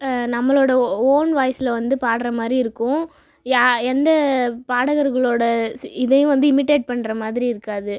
நம்மளோட ஓன் வாய்ஸில் வந்து பாடுற மாதிரி இருக்கும் எந்த பாடகர்களோட இதையும் வந்து இமிடெட் பண்ணுற மாதிரி இருக்காது